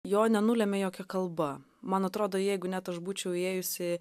jo nenulemia jokia kalba man atrodo jeigu net aš būčiau ėjusi